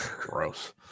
gross